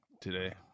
today